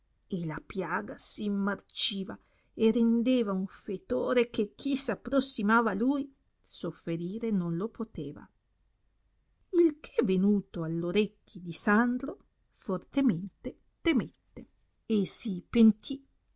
e la piaga s immarciva e rendeva un fetore che chi s'approssimava a lui sofferire non lo poteva il che venuto all orecchi di sandro fortemente temette e si penti